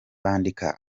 bandika